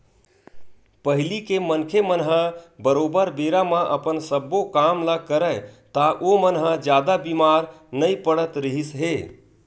पहिली के मनखे मन ह बरोबर बेरा म अपन सब्बो काम ल करय ता ओमन ह जादा बीमार नइ पड़त रिहिस हे